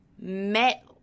met